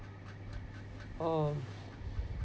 um